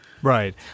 Right